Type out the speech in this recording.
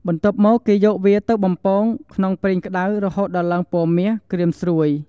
បន្ទាប់មក គេយកវាទៅ បំពង ក្នុងប្រេងក្ដៅរហូតដល់វាឡើងពណ៌មាស ក្រៀមស្រួយ។